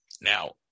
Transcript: Now